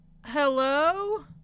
Hello